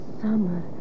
summer